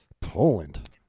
Poland